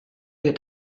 wir